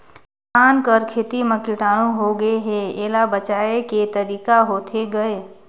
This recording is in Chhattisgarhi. धान कर खेती म कीटाणु होगे हे एला बचाय के तरीका होथे गए?